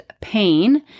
pain